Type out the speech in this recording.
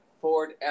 Ford